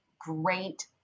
great